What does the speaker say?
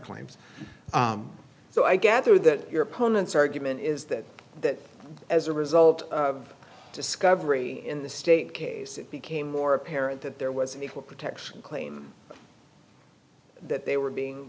claims so i gather that your opponent's argument is that that as a result of discovery in the state case it became more apparent that there was an equal protection claim that they were being